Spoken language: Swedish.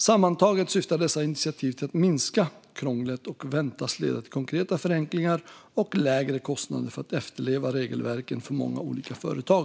Sammantaget syftar dessa initiativ till att minska krånglet och väntas leda till konkreta förenklingar och lägre kostnader för att efterleva regelverken för många olika företag.